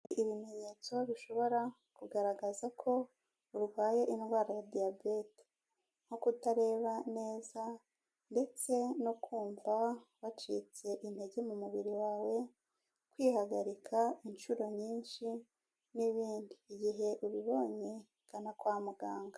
Ibimenyetso bishobora kugaragaza ko urwaye indwara ya diyabete, nko kutareba neza, ndetse no kumva wacitse intege mu mubiri wawe, kwihagarika inshuro nyinshi, n'ibindi igihe ubibonye, gana kwa muganga.